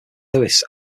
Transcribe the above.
louis